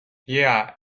yeah